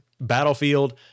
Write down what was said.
Battlefield